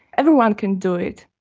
everyone can do it.